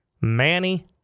Manny